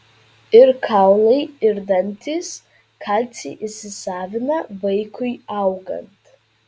ir kaulai ir dantys kalcį įsisavina vaikui augant